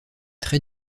très